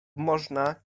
można